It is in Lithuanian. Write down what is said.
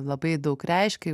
labai daug reiškia